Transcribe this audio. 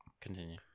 continue